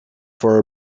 for